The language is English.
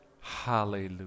Hallelujah